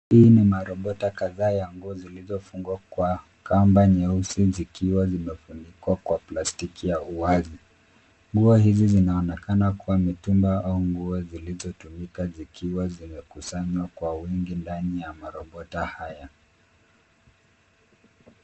Hii ni marobota kadhaa ya nguo zilizofungwa kwa kamba nyeusi zikiwa zimefunikwa kwa plastiki ya wazi. Nguo hizi zinaonekana kuwa mitumba au nguo zilizotumika zikiwa zimekusanywa kwa wingi ndani ya marobota haya.